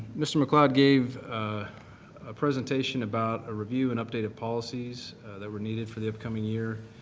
mr. mccloud gave a presentation about a review and updated policies that were needed for the upcoming year.